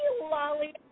lolly